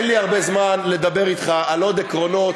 אין לי הרבה זמן לדבר אתך על עוד עקרונות